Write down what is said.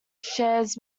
shares